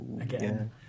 Again